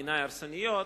בעיני הרסניות.